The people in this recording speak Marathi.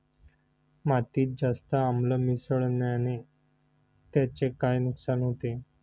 मातीत जास्त आम्ल मिसळण्याने त्याचे काय नुकसान होते?